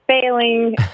failing